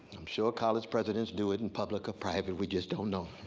i'm sure college presidents do it in public or private, we just don't know